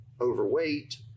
overweight